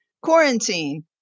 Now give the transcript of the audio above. quarantine